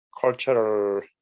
cultural